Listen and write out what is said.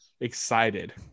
excited